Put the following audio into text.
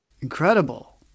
Incredible